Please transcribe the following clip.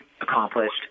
accomplished